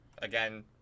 Again